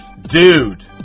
dude